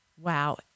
Wow